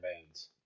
bands